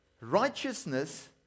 Righteousness